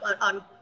on